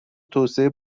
توسعه